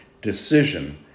decision